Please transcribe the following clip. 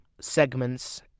segments